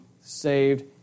saved